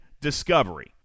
discovery